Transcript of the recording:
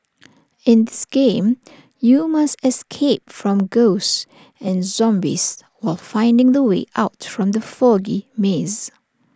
in this game you must escape from ghosts and zombies while finding the way out from the foggy maze